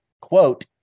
quote